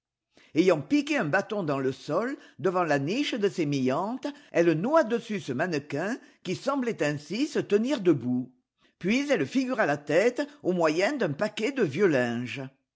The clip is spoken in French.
ayant piqué un bâton dans le sol devant la niche de sémillante elle noua dessus ce mannequin qui semblait ainsi se tenir debout puis elle figura la tête au moyen d'un paquet de vieux linge